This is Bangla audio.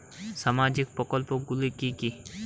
সামাজিক প্রকল্পগুলি কি কি?